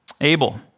Abel